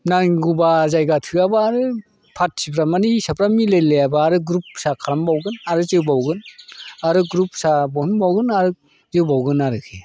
नांगौबा जायगा थोआबा आरो पार्टिफोरा माने हिसाबफ्रा मिलायलायाबा आरो ग्रुप फिसा खालामबावगोन आरो जोबावगोन आरो ग्रुप फिसा बहनबावगोन आरो जोबावगोन आरोखि